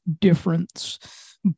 difference